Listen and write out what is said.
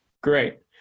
Great